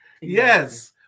Yes